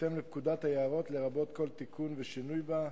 בהתאם לפקודת היערות לרבות כל תיקון ושינוי בה.